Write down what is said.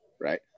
right